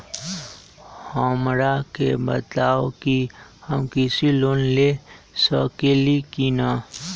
हमरा के बताव कि हम कृषि लोन ले सकेली की न?